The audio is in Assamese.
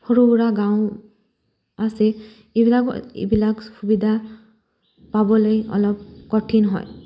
সৰু সুৰা গাঁও আছে এইবিলাক এইবিলাক সুবিধা পাবলে অলপ কঠিন হয়